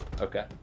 Okay